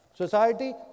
Society